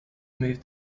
move